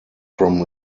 from